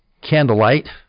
candlelight